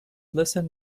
listen